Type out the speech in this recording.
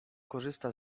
korzysta